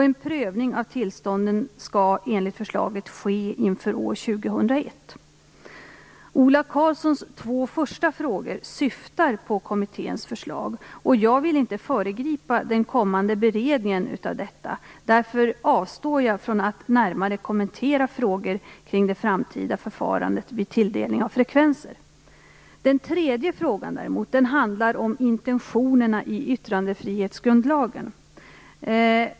En prövning av tillstånden skall, enligt förslaget, ske inför år 2001. Ola Karlssons två första frågor syftar på kommitténs förslag. Jag vill inte föregripa den kommande beredningen av detta. Därför avstår jag från att närmare kommentera frågor kring det framtida förfarandet vid tilldelningen av frekvenser. Den tredje frågan handlar om intentionerna i yttrandefrihetsgrundlagen.